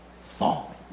falling